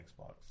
Xbox